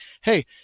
hey